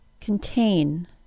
contain